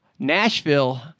Nashville